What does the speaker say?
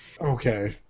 Okay